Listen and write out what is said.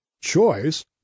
choice